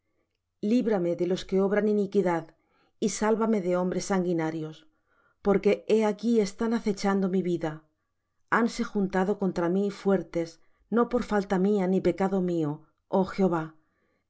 líbrame de los que obran iniquidad y sálvame de hombres sanguinarios porque he aquí están acechando mi vida hanse juntado contra mí fuertes no por falta mía ni pecado mío oh jehová